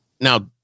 Now